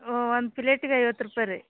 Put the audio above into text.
ಹ್ಞೂ ಒಂದು ಪ್ಲೇಟಿಗೆ ಐವತ್ತು ರೂಪಾಯಿ ರೀ